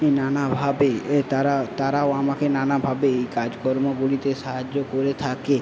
কী নানাভাবে তারা তারাও আমাকে নানাভাবে এই কাজকর্মগুলিতে সাহায্য করে থাকে